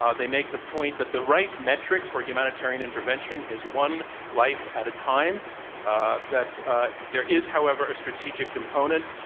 um they make the point that the right metric of humanitarian intervention is one life at a time ah that ah there is, however, a strategic component,